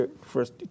first